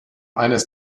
eines